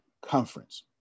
conference